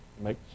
make